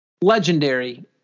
legendary